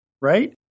right